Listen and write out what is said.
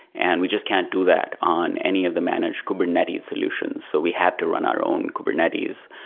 and we just can't do that on any of the managed kubernetes solutions. so we have to run our own kubernetes,